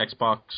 Xbox